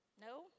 no